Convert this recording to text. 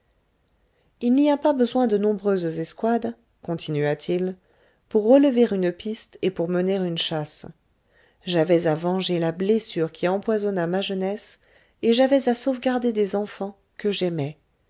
il n'y a pas besoin de nombreuses escouades continua-t-il pour relever une piste et pour mener une chasse j'avais à venger la blessure qui empoisonna ma jeunesse et j'avais à sauvegarder des enfants que j'aimais